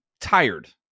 tired